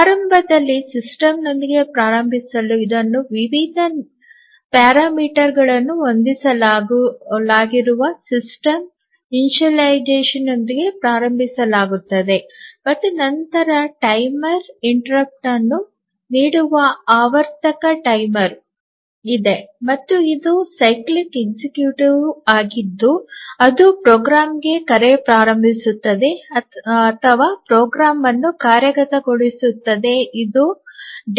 ಆರಂಭದಲ್ಲಿ ಸಿಸ್ಟಮ್ನೊಂದಿಗೆ ಪ್ರಾರಂಭಿಸಲು ಇದನ್ನು ವಿವಿಧ ನಿಯತಾಂಕಗಳನ್ನು ಹೊಂದಿಸಲಾಗಿರುವ ಸಿಸ್ಟಮ್ ಇನಿಶಿಯಲೈಸೇಶನ್ನೊಂದಿಗೆ ಪ್ರಾರಂಭಿಸಲಾಗುತ್ತದೆ ಮತ್ತು ನಂತರ ಟೈಮರ್ ಅಡಚಣೆಯನ್ನು ನೀಡುವ ಆವರ್ತಕ ಟೈಮರ್ ಇದೆ ಮತ್ತು ಇದು ಸೈಕ್ಲಿಕ್ ಎಕ್ಸಿಕ್ಯೂಟಿವ್ ಆಗಿದ್ದು ಅದು ಪ್ರೋಗ್ರಾಂಗೆ ಕರೆ ಪ್ರಾರಂಭಿಸುತ್ತದೆ ಅಥವಾ ಪ್ರೋಗ್ರಾಂ ಅನ್ನು ಕಾರ್ಯಗತಗೊಳಿಸುತ್ತದೆ ಇದು